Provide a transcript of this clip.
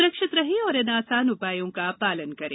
स्रक्षित रहें और इन आसान उपायों का पालन करें